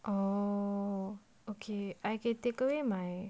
oh okay I can takeaway my